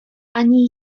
ani